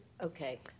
okay